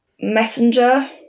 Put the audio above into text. messenger